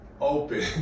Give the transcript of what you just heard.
open